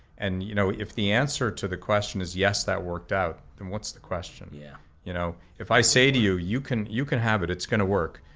and you know, if the answer to the question is yes that worked out, then what's the question. yeah you know if i say to you, you can you can have it, it's gonna work,